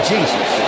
Jesus